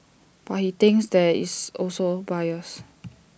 but he thinks there is also bias